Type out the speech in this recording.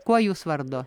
kuo jūs vardu